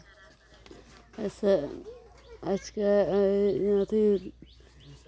अइसे आजकल अथी